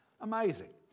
Amazing